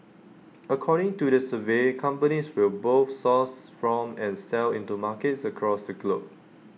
according to the survey companies will both source from and sell into markets across the globe